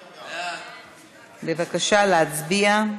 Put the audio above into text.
בבקשה, להצביע.